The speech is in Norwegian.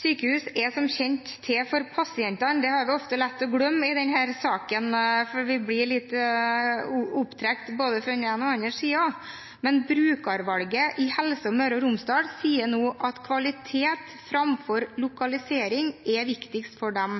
Sykehus er som kjent til for pasientene – det har vi ofte lett for å glemme i denne saken, for vi blir litt trukket opp både fra den ene og den andre siden. Men brukerutvalget i Helse Møre og Romsdal sier nå at kvalitet framfor lokalisering er viktigst for dem,